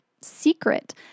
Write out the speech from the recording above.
secret